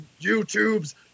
YouTubes